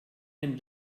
den